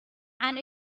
and